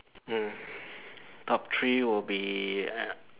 mm top three would be